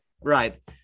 Right